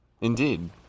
Indeed